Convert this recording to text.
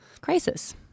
Crisis